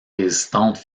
résistante